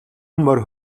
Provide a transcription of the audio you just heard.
морь